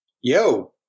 Yo